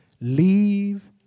leave